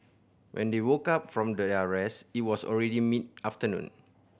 when they woke up from their are rest it was already mid afternoon